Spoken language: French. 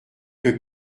que